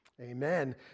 Amen